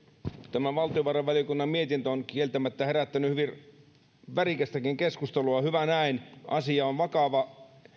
tämä valtiovarainvaliokunnan mietintö on kieltämättä herättänyt hyvin värikästäkin keskustelua hyvä näin asia on vakava